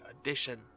Edition